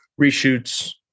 Reshoots